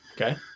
Okay